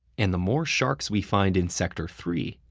and the more sharks we find in sector three,